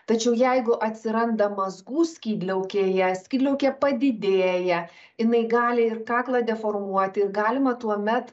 tačiau jeigu atsiranda mazgų skydliaukėje skydliaukė padidėja jinai gali ir kaklą deformuoti ir galima tuomet